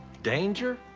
danger,